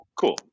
cool